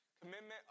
Commitment